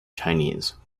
chinese